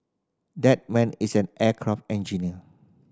that man is an aircraft engineer